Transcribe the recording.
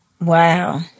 Wow